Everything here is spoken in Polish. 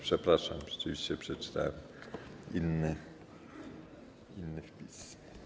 Przepraszam, rzeczywiście przeczytałem inny wpis.